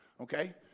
Okay